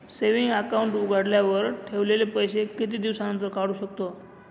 Saving account उघडल्यावर ठेवलेले पैसे किती दिवसानंतर काढू शकतो?